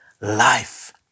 life